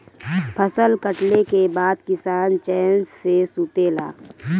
फसल कटले के बाद किसान चैन से सुतेला